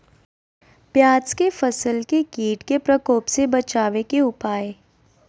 प्याज के फसल के कीट के प्रकोप से बचावे के उपाय?